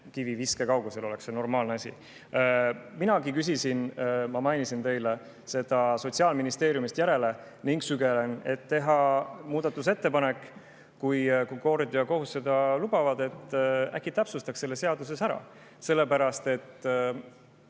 kiviviske kaugus oleks see normaalne [kaugus]. Minagi küsisin – ma mainisin seda teile – seda Sotsiaalministeeriumist järele ning sügelen, et teha muudatusettepanek, kui kord ja kohus seda lubavad, et äkki täpsustaks selle seaduses ära. Sellepärast et